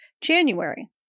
January